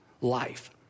life